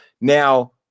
Now